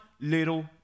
little